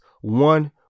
One